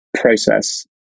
process